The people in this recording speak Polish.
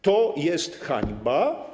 To jest hańba.